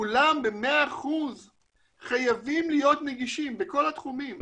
כולם במאה אחוז חייבים להיות נגישים, בכל התחומים.